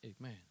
Amen